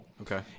Okay